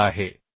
मूल्य आहे